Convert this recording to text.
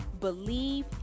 believe